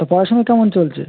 তা পড়াশোনা কেমন চলছে